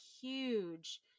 huge